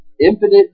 infinite